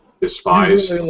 Despise